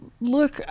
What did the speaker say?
look